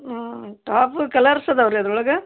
ಹಾಂ top colours ಅದಾವ ರೀ ಅದ್ರೊಳಗೆ